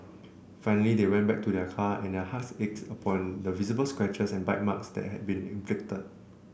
finally they went back to their car and their hearts ached upon seeing the visible scratches and bite marks that had been inflicted